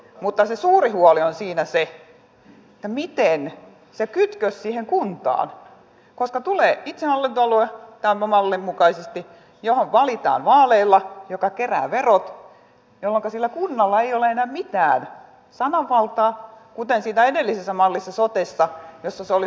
mutta se suuri huoli on siinä se miten toteutuu se kytkös siihen kuntaan koska tulee itsehallintoalue tämän mallin mukaisesti johon valitaan vaaleilla ja joka kerää verot jolloinka sillä kunnalla ei ole enää mitään sananvaltaa kuten siinä edellisessä mallissa sotessa jossa se olisi ollut kuntayhtymä